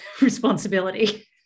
responsibility